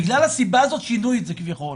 בגלל הסיבה הזו שינו את זה, כביכול.